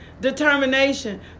determination